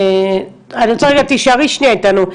אני רוצה רגע, תישארי שנייה איתנו,